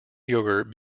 yogurt